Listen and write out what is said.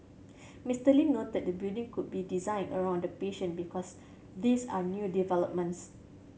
Mister Lee noted the building could be designed around the patient because these are new developments